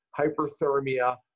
hyperthermia